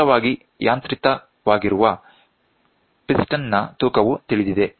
ನಿಖರವಾಗಿ ಯಂತ್ರಿತವಾಗಿರುವ ಪಿಸ್ಟನ್ ನ ತೂಕವು ತಿಳಿದಿದೆ